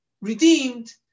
redeemed